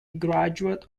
graduate